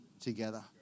together